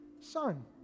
son